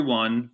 one